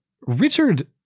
Richard